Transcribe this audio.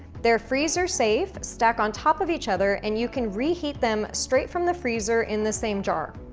they're freezer safe, stack on top of each other and you can reheat them straight from the freezer in the same jar.